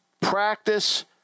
practice